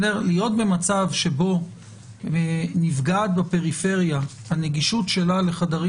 להיות במצב שבו הנגישות של נפגעת בפריפריה לחדרים